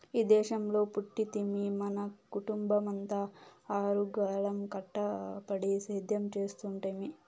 ఈ దేశంలో పుట్టితిమి మన కుటుంబమంతా ఆరుగాలం కష్టపడి సేద్యం చేస్తుంటిమి